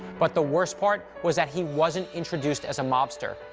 but the worst part was that he wasn't introduced as a mobster.